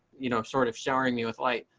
you know, sort of showering me with light.